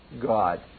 God